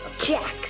Jack